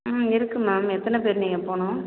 ம் இருக்குது மேம் எத்தனை பேர் நீங்கள் போகணும்